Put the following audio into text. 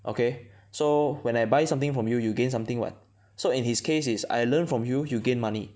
okay so when I buy something from you you gain something [what] so in his case is I learn from you you gain money